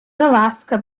unalaska